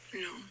No